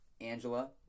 Angela